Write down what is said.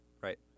Right